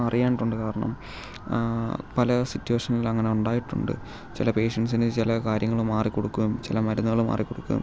അറിയാനായിട്ടുണ്ട് കാരണം പല സിറ്റുവേഷനിലും അങ്ങനെ ഉണ്ടായിട്ടുണ്ട് ചില പേഷ്യൻസിന് ചില കാര്യങ്ങൾ മാറികൊടുക്കുകയും ചില മരുന്നുകൾ മാറികൊടുക്കുകയും